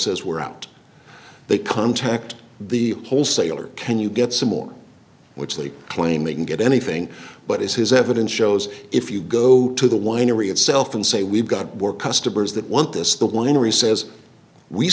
says we're out they contact the wholesaler can you get some more which they claim they can get anything but is his evidence shows if you go to the winery itself and say we've got more customers that want this the winery says we